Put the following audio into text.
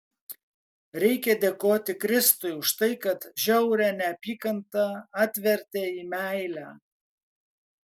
reikia dėkoti kristui už tai kad žiaurią neapykantą atvertė į meilę